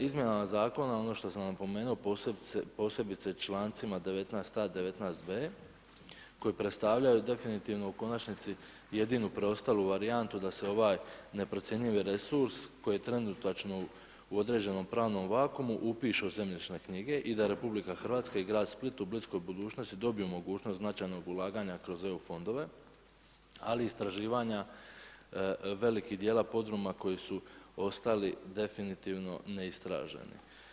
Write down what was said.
Izmjenama zakona, ono što sam napomenuo, posebice člancima 19a, 19b koji predstavljaju definitivno u konačnici jedinu preostalu varijantu da se ovaj neprocjenjivi resurs koji je trenutačno u određenom pravnom vakuumu upiše u zemljišne knjige i da RH i grad Split u bliskoj budućnosti dobiju mogućnost značajnog ulaganja kroz EU fondove, ali istraživanja velikih djela podruma koji su ostali definitivno neistraženi.